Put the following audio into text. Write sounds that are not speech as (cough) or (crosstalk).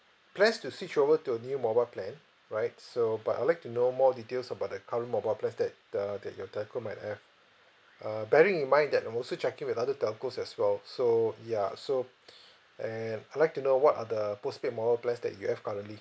plans to switch over to a new mobile plan right so but I'd like to know more details about the current mobile plans that the that your telco might have uh bearing in mind that I'm also checking with other telcos as well so ya so (breath) and I'd like to know what are the postpaid mobile plans that you have currently